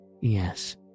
Yes